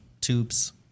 tubes